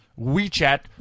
WeChat